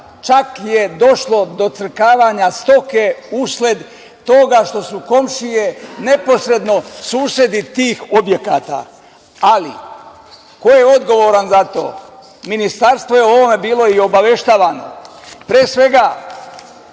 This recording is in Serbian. čak je došlo do crkavanja stoke usled toga što su komšije neposredno susedi tih objekata. Ali, ko je odgovoran za to? Ministarstvo je o ovome bilo i obaveštavano.